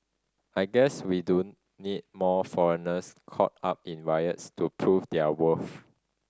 I guess we do need more foreigners caught up in riots to prove their worth